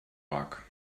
wrack